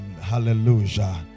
hallelujah